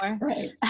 Right